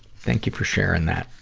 thank you for sharing that.